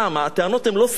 הטענות הן לא סתם.